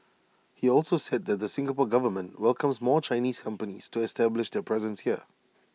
he also said the Singapore Government welcomes more Chinese companies to establish their presence here